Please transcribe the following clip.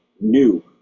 new